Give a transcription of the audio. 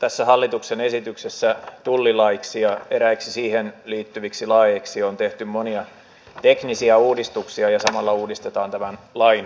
tässä hallituksen esityksessä tullilaiksi ja eräiksi siihen liittyviksi laeiksi on tehty monia teknisiä uudistuksia ja samalla uudistetaan tämän lain rakennetta